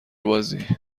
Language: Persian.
بازی